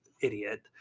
Idiot